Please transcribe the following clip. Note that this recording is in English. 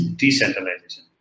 decentralization